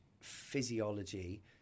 physiology